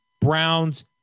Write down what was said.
Browns